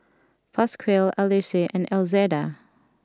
Pasquale Ulysses and Elzada